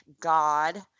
God